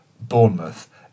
Bournemouth